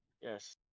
Yes